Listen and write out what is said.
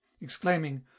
exclaiming